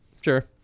Sure